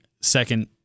second